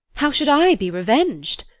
how should i be reveng'd?